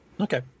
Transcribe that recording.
Okay